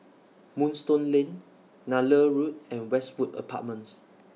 Moonstone Lane Nallur Road and Westwood Apartments